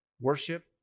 Worship